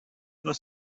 was